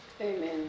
Amen